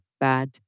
bad